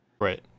Right